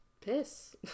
piss